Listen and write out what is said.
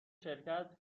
شرکت